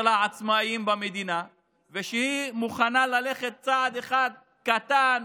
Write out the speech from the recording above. העצמאים במדינה ושהיא מוכנה ללכת לקראתם צעד אחד קטן,